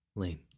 Lane